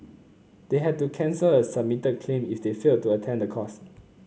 they had to cancel a submitted claim if they failed to attend the course